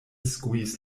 skuis